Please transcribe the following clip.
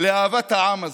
לאהבת העם הזה.